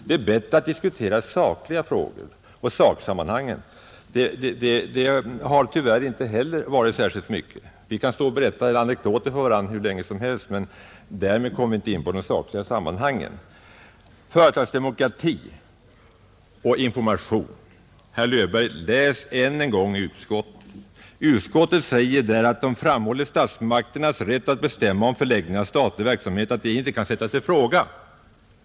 Det är bättre att diskutera sakliga frågor liksom även saksammanhangen. Tyvärr har inte heller det skett. Vi kan stå och berätta anekdoter för varandra hur länge som helst men därmed tycks vi ändå inte komma in på de sakliga sammanhangen. När det gäller företagsdemokrati och information vill jag säga till statsrådet Löfberg: Läs än en gång utskottsbetänkandet. Utskottet framhåller där statsmakternas rätt att bestämma om förläggningen av statlig verksamhet och att den inte kan sättas i fråga.